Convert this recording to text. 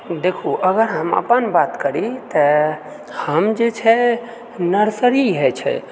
देखू अगर हम अपन बात करि तऽ हम जे छै नर्सरी होयत छै